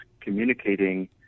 communicating